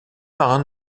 marin